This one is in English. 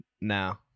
No